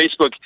Facebook